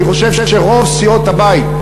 אני חושב שרוב סיעות הבית,